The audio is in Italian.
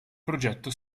progetto